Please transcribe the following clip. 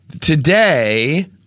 Today